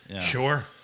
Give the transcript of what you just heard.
Sure